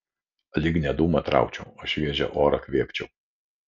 lyg ne dūmą traukčiau o šviežią orą kvėpčiau